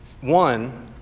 One